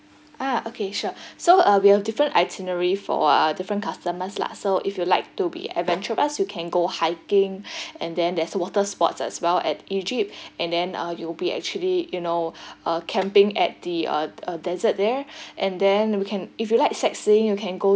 ah okay sure so uh we have different itinerary for uh different customers lah so if you like to be adventurous you can go hiking and then there's water sports as well at egypt and then uh you will be actually you know uh camping at the uh a desert there and then you can if you like sightseeing you can go